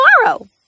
tomorrow